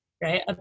right